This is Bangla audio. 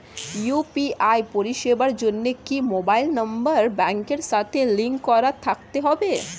ইউ.পি.আই পরিষেবার জন্য কি মোবাইল নাম্বার ব্যাংকের সাথে লিংক করা থাকতে হবে?